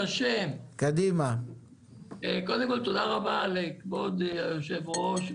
תודה רבה לכבוד היושב-ראש,